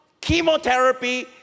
chemotherapy